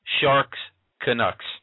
Sharks-Canucks